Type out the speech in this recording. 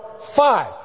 five